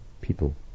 people